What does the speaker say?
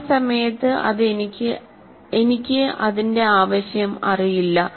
ആ സമയത്ത് അത് എനിക്ക് അതിന്റെ ആവശ്യം അറിയില്ല